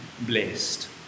blessed